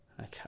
Okay